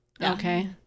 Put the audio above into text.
Okay